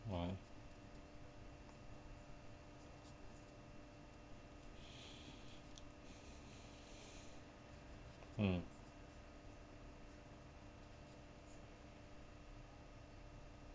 well mm